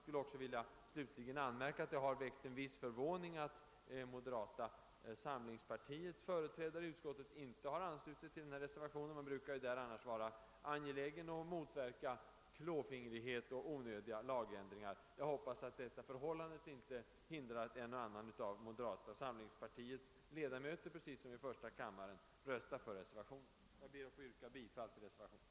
Jag vill slutligen anmärka att det har väckt en viss förvåning att moderata samlingspartiets företrädare i utskottet inte har anslutit sig till reservationerna. Man brukar där annars vara angelägen om att motverka »klåfingrighet« och onödiga lagändringar. Jag hoppas att det förhållandet, att moderata samlingspartiets ledamöter inte har reserverat sig, inte skall hindra att en och annan av de moderata här liksom i första kammaren röstar för reservationerna. Jag ber att få yrka bifall till reservationerna.